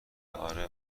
اره